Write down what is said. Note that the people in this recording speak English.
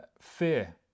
Fear